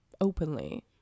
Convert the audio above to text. openly